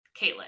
Caitlin